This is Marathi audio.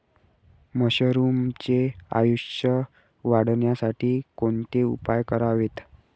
मशरुमचे आयुष्य वाढवण्यासाठी कोणते उपाय करावेत?